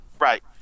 Right